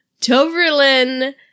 Toverlin